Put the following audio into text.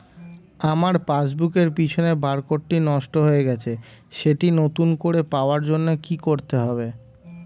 আমার পাসবুক এর পিছনে বারকোডটি নষ্ট হয়ে গেছে সেটি নতুন করে পাওয়ার জন্য কি করতে হবে?